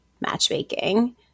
matchmaking